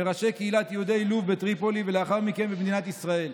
מראשי קהילת יהדות לוב בטריפולי ולאחר מכן במדינת ישראל.